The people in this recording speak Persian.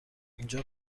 اینجا